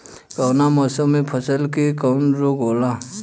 कवना मौसम मे फसल के कवन रोग होला?